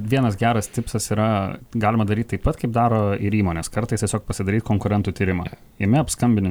vienas geras tipsas yra galima daryt taip pat kaip daro ir įmonės kartais tiesiog pasidaryt konkurentų tyrimą jame apskambini